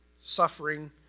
suffering